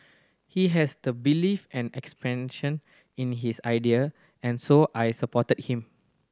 he has the belief and expansion in his idea and so I supported him